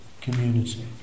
community